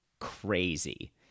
crazy